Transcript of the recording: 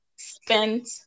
spent